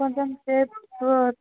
కొంచెం సేపు